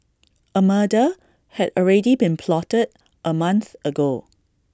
A murder had already been plotted A month ago